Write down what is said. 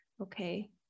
okay